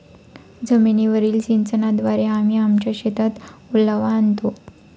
जमीनीवरील सिंचनाद्वारे आम्ही आमच्या शेतात ओलावा आणतो